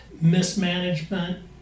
mismanagement